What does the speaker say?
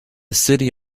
city